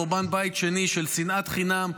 חורבן בית שני על שנאת חינם,